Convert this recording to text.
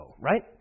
right